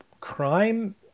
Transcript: crime